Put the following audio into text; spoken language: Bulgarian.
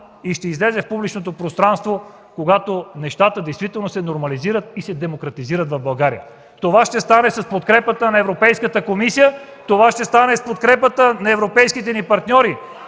и ще излезе в публичното пространство, когато нещата действително се нормализират и демократизират в България. Ще стане с подкрепата на Европейската комисия и на европейските ни партньори.